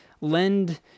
lend